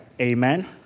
Amen